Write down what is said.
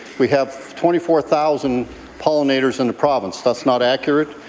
we have twenty four thousand pollinators in the province. that's not accurate,